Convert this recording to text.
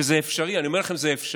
וזה אפשרי, אני אומר לכם, זה אפשרי